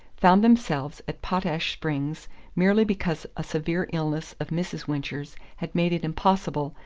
found themselves at potash springs merely because a severe illness of mrs. wincher's had made it impossible,